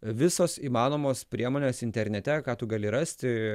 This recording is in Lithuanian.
visos įmanomos priemonės internete ką tu gali rasti